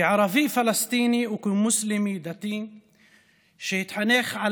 כערבי פלסטיני וכמוסלמי דתי שהתחנך על